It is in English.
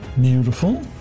Beautiful